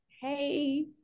hey